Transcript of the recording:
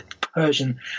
persian